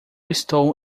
estou